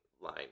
line